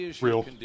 Real